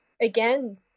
again